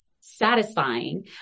satisfying